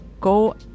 go